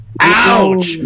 Ouch